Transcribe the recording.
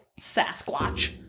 Sasquatch